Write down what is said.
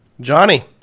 Johnny